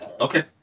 Okay